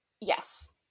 Yes